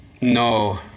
No